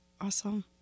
Awesome